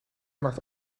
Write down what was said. maakt